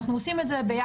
אנחנו עושים את זה ביחד,